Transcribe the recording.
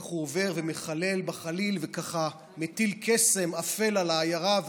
איך הוא עובר ומחלל בחליל ומטיל קסם אפל על העיירה,